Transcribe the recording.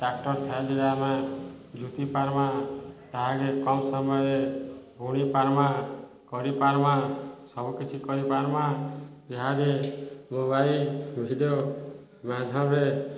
tractor ସାହାଯ୍ୟରେ ଆମେ ଜୁତି ପାର୍ମା ତାହାକେ କମ୍ ସମୟରେ ବୁଣି ପାର୍ମା କରିପାର୍ମା ସବୁକିଛି କରିପାର୍ମା ଇହାଦେ ମୋବାଇଲ୍ ଭିଡ଼ିଓ ମାଧ୍ୟମରେ